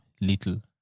little